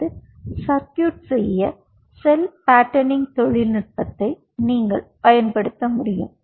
அல்லது சர்க்யூட் செய்ய cell patterning தொழில்நுட்பத்தை நீங்கள் பயன்படுத்த முடியும்